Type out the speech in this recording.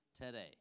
today